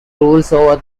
over